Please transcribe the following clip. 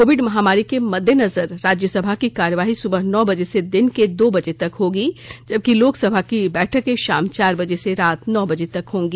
Covid महामारी के मददेनजर राज्यसभा की कार्यवाही सुबह नौ बजे से दिन के दो बजे तक होगी जबकि लोकसभा की बैठकें शाम चार बजे से रात नौ बजे तक होगी